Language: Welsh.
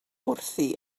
wrthi